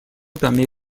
permet